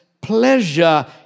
pleasure